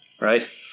right